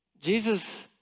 Jesus